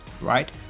right